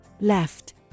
Left